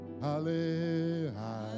hallelujah